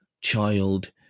child